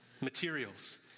materials